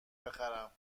بخورم